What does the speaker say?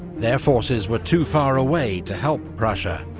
their forces were too far away to help prussia,